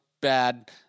bad